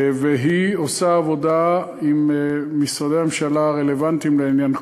והיא עושה עבודה עם משרדי הממשלה הרלוונטיים לעניין,